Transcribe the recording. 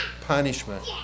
punishment